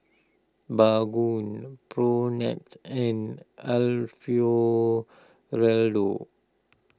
Baggu Propnex and Alfio Raldo